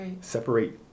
Separate